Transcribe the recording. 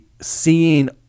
seeing